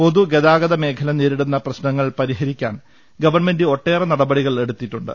പൊതു ഗതാ ഗത മേഖല നേരിടുന്ന പ്രശ്നങ്ങൾ പരിഹരിക്കാൻ ഗവൺമെന്റ് ഒട്ടേറെ നടപടികൾ എടുത്തിട്ടുണ്ട്